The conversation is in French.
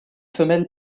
femelle